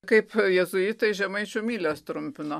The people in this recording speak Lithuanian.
kaip jėzuitai žemaičių mylias trumpino